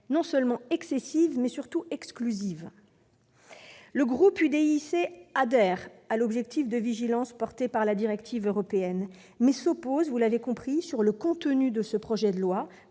non seulement excessives, mais aussi exclusives. Le groupe UDI-UC adhère à l'objectif de vigilance porté par la directive européenne, mais s'oppose, vous l'avez compris, aux mesures excessives et